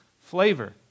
flavor